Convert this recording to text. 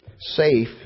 Safe